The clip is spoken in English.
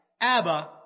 Abba